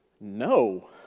No